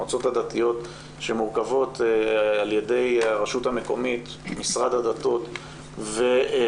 המועצות הדתיות שמורכבות על ידי הרשות המקומית עם משרד הדתות והרב